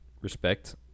respect